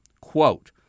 Quote